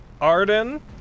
Arden